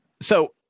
So-